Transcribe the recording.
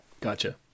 Gotcha